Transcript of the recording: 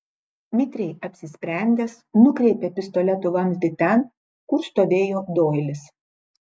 mitriai apsisprendęs nukreipė pistoleto vamzdį ten kur stovėjo doilis